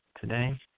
today